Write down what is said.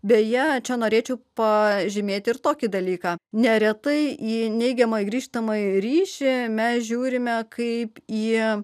beje čia norėčiau pažymėti ir tokį dalyką neretai į neigiamą grįžtamąjį ryšį mes žiūrime kaip jie